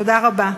תודה רבה.